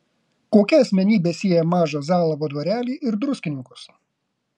kokia asmenybė sieja mažą zalavo dvarelį ir druskininkus